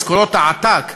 משכורות העתק,